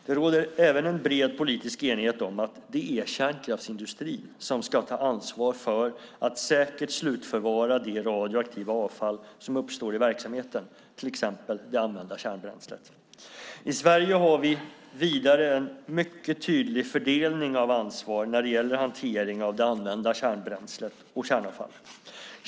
Det råder även en bred politisk enighet om att det är kärnkraftsindustrin som ska ta ansvar för att säkert slutförvara det radioaktiva avfall som uppstår i verksamheten, till exempel det använda kärnbränslet. I Sverige har vi vidare en mycket tydlig fördelning av ansvar när det gäller hanteringen av det använda kärnbränslet och kärnavfallet.